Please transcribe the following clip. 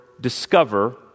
discover